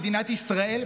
מדינת ישראל,